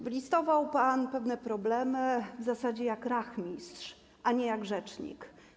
Wylistował pan pewne problemy w zasadzie jak rachmistrz, a nie jak rzecznik.